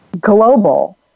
global